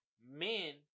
men